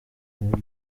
uwo